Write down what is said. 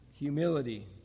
Humility